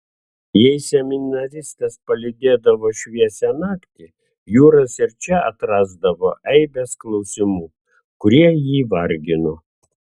jei seminaristas palydėdavo šviesią naktį juras ir čia atrasdavo eibes klausimų kurie jį vargino